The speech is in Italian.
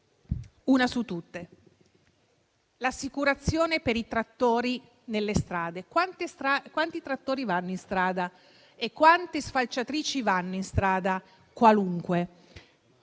Una su tutte quella sull'assicurazione per i trattori nelle strade: quanti trattori vanno in strada e quante falciatrici vanno in strada? Penso